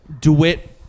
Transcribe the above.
DeWitt